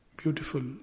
beautiful